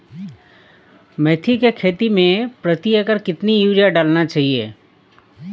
मेथी के खेती में प्रति एकड़ कितनी यूरिया डालना चाहिए?